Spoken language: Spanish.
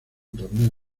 torneo